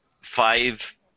five